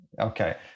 Okay